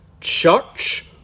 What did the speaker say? church